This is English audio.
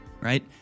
Right